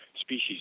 species